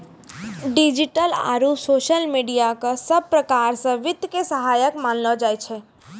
digital आरू social media क सब प्रकार स वित्त के सहायक मानलो जाय छै